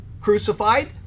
crucified